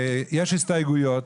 יש הסתייגויות,